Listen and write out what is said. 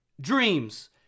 dreams